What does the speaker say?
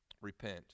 repent